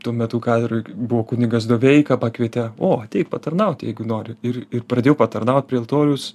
tuo metu katedroj buvo kunigas doveika pakvietė o ateik patarnaut jeigu nori ir ir pradėjau patarnaut prie altoriaus